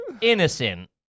Innocent